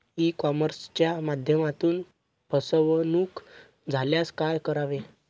E कॉमर्सच्या माध्यमातून फसवणूक झाल्यास काय करावे?